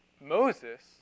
Moses